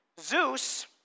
Zeus